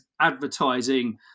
Advertising